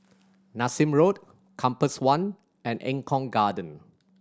Nassim Road Compass One and Eng Kong Garden